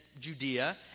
Judea